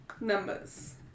Numbers